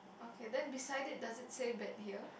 okay then beside it does it say bet here